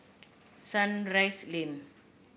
Sunrise Lane